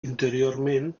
interiorment